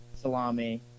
salami